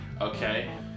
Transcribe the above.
Okay